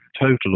total